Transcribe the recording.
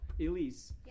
Elise